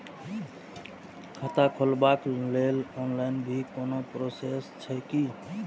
खाता खोलाबक लेल ऑनलाईन भी कोनो प्रोसेस छै की?